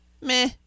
meh